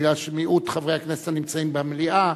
בגלל מיעוט חברי הכנסת שנמצאים במליאה,